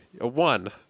One